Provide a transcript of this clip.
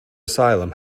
asylum